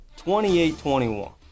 28-21